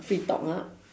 free talk ah